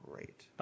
Great